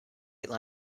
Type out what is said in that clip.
state